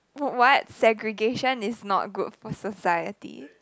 what segregation is not good for society